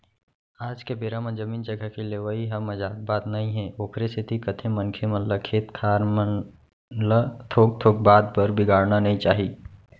आज के बेरा म जमीन जघा के लेवई ह मजाक बात नई हे ओखरे सेती कथें मनखे मन ल खेत खार मन ल थोक थोक बात बर बिगाड़ना नइ चाही